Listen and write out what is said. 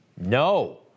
No